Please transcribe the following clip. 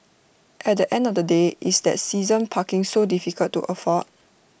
at the end of the day is that season parking so difficult to afford